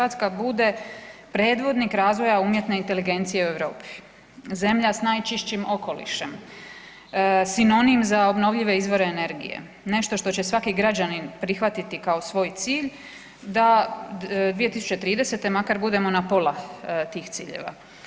Hrvatska bude predvodnik razvoja umjetne inteligencije u Europi, zemlja sa najčišćim okolišem, sinonim za obnovljive izvore energije, nešto što će svaki građanin prihvatiti kao svoj cilj da 2030. makar budemo na pola tih ciljeva.